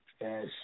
Yes